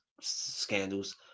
scandals